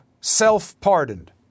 self-pardoned